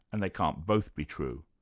and they can't both be true.